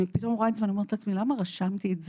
אני פתאום רואה את זה ואומרת לעצמי למה רשמתי את זה?